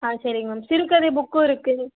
ஆ சரிங்க மேம் சிறுகதை புக்கும் இருக்குது